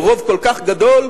עם רוב כל כך גדול,